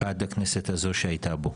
עד הכנסת הזו שהייתה בו,